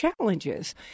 challenges